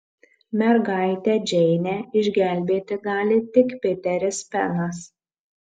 mergaitę džeinę išgelbėti gali tik piteris penas